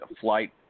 flight